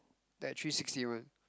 that three sixty [one]